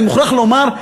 אני מוכרח לומר,